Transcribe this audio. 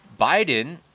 Biden